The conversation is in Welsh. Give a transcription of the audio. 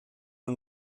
yng